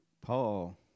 Paul